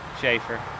Schaefer